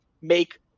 make